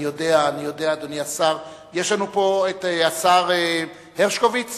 נמצא פה השר הרשקוביץ